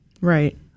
Right